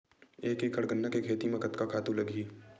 एक एकड़ गन्ना के खेती म कतका खातु लगही?